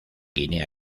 guinea